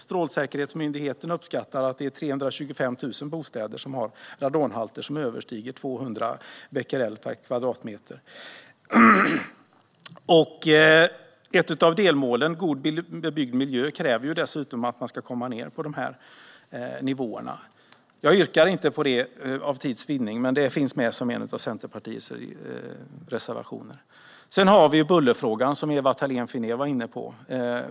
Strålsäkerhetsmyndigheten uppskattar att 325 000 bostäder har radonhalter som överstiger 200 becquerel per kubikmeter. Ett av delmålen i miljömålet God bebyggd miljö kräver dessutom att man ska komma ned på de här nivåerna. För tids vinnande yrkar jag inte på detta, men det finns med som en av Centerpartiets reservationer. Sedan är det bullerfrågan, som Ewa Thalén Finné tog upp.